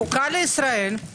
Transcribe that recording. חוקה לישראל,